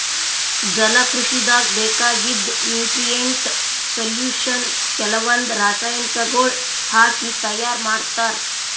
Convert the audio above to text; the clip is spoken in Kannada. ಜಲಕೃಷಿದಾಗ್ ಬೇಕಾಗಿದ್ದ್ ನ್ಯೂಟ್ರಿಯೆಂಟ್ ಸೊಲ್ಯೂಷನ್ ಕೆಲವಂದ್ ರಾಸಾಯನಿಕಗೊಳ್ ಹಾಕಿ ತೈಯಾರ್ ಮಾಡ್ತರ್